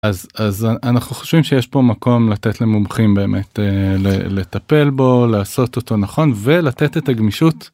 אז אז אנחנו חושבים שיש פה מקום לתת למומחים באמת לטפל בו לעשות אותו נכון ולתת את הגמישות.